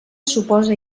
suposa